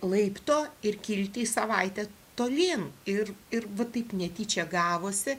laipto ir kilti į savaitę tolyn ir ir va taip netyčia gavosi